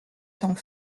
temps